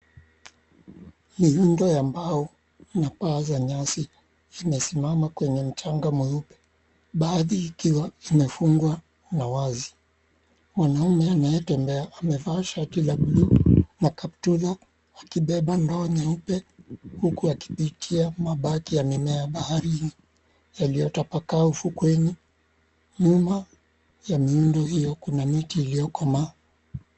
Miundo ya mbao na paa za nyasi zimesimama kwenye mchanga mweupe baadhi ikiwa imefungwa na wazi. Mwanamme anayetembea amevaa shati la buluu na kaptula akibeba ndoo nyeupe huku akipitia mabaki ya mimea baharini yaliyotapakaa ufukweni. Nyuma ya miundo hiyo kuna miti iliyokomaa.